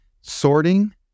sorting